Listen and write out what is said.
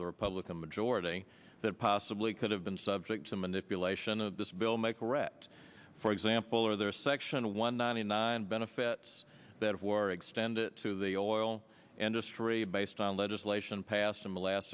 the republican majority that possibly could have been subject to manipulation of this bill may correct for example are there section one ninety nine benefits that were extended to the oil industry based on legislation passed in the last